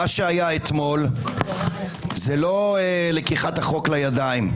מה שהיה אתמול זה לא לקיחת החוק לידיים.